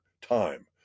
time